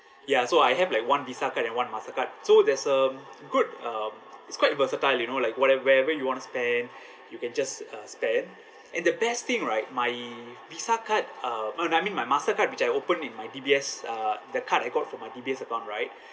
ya so I have like one visa card and one mastercard so there's um good um it's quite versatile you know like whate~ wherever you want to spend you can just uh spend and the best thing right my visa card uh no I mean my mastercard which I open in my D_B_S uh the card I got from my D_B_S account right